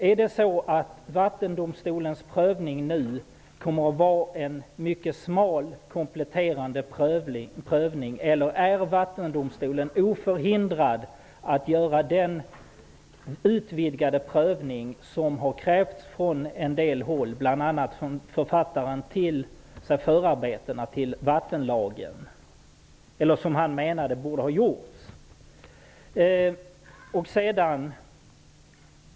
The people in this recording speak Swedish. Kommer Vattendomstolens prövning nu att vara en mycket smal kompletterande prövning, eller är Vattendomstolen oförhindrad att göra den utvidgade prövning som har krävts från en del håll? Bl.a. menade författaren av förarbetena till vattenlagen att en sådan borde ha gjorts.